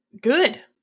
Good